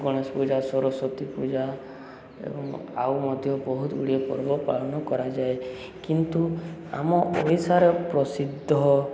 ଗଣେଶ ପୂଜା ସରସ୍ଵତୀ ପୂଜା ଏବଂ ଆଉ ମଧ୍ୟ ବହୁତ ଗୁଡ଼ିଏ ପର୍ବ ପାଳନ କରାଯାଏ କିନ୍ତୁ ଆମ ଓଡ଼ିଶାରେ ପ୍ରସିଦ୍ଧ